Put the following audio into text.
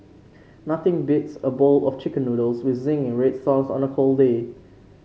nothing beats a bowl of chicken noodles with zingy red sauce on a cold day